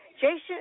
Jason